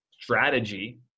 Strategy